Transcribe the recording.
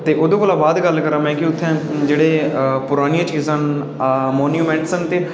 ते ओह्दे कोला बाद में गल्ल करां कि पुरानियां चीजां न मोन्यूमैंटस न